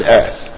earth